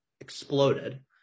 exploded